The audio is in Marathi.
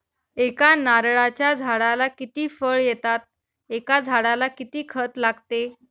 एका नारळाच्या झाडाला किती फळ येतात? एका झाडाला किती खत लागते?